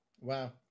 Wow